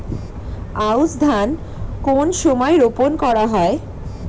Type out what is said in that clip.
আউশ ধান কোন সময়ে রোপন করা হয়?